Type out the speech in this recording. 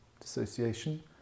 dissociation